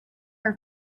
her